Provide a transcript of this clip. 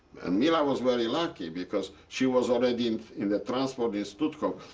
and mila was very lucky because she was already in in the transport in stutthof.